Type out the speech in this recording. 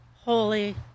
Holy